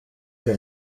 wir